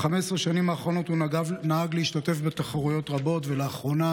ב-15 השנים האחרונות הוא נהג להשתתף בתחרויות רבות ולאחרונה